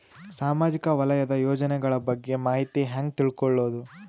ಸಾಮಾಜಿಕ ವಲಯದ ಯೋಜನೆಗಳ ಬಗ್ಗೆ ಮಾಹಿತಿ ಹ್ಯಾಂಗ ತಿಳ್ಕೊಳ್ಳುದು?